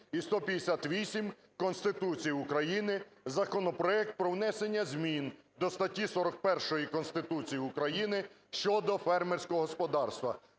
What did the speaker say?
і 158-ї Конституції України, законопроект про внесення змін до статті 41 Конституції України щодо фермерського господарства.